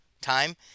time